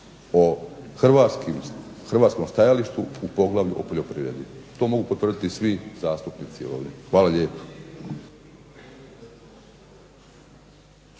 o hrvatskom stajalištu u poglavlju o poljoprivredi. To mogu potvrditi svi zastupnici ovdje. Hvala lijepo.